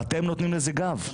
ואתם נותנים לזה גב.